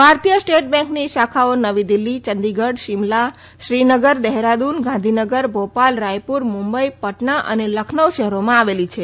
ભારતીય સ્ટેટ બેંકની શાખાઓ નવી દિલ્હી ચંદીગઢ શિમલા શ્રીનગર દેહરાદુન ગાંધીનગર ભોપાલ રાયપુર મુંબઈ પટના અને લખનૌ શહેરોમાં આવેલી છે